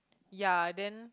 ya then